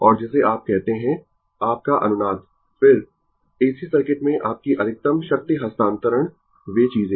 और जिसे आप कहते है आपका अनुनाद फिर AC सर्किट में आपकी अधिकतम शक्ति हस्तांतरण वे चीजें